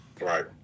Right